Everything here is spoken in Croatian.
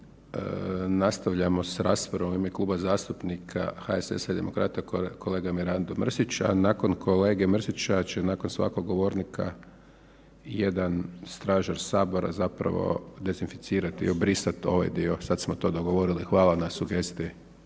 Nastavljamo s raspravom u ime Kluba zastupnika HSS-a i Demokrata, kolega Mirando Mrsić, a nakon kolege Mrsića će nakon svakog govornika jedan stražar sabora zapravo dezinficirati i obrisati ovaj dio, sad smo to dogovorili, hvala na sugestiji.